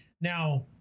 Now